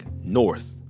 north